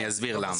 אני אסביר למה.